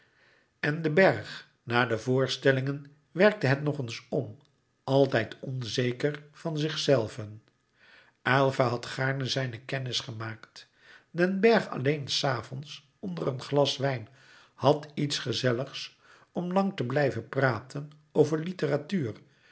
en den bergh na de voorstellingen werkte het nog eens om altijd onzeker van zichzelven aylva had gaarne zijne kennis gemaakt den bergh alleen s avonds onder een glas wijn had iets gezelligs om lang te blijven praten over litteratuur